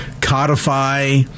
codify